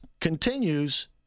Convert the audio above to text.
continues